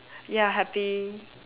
ya happy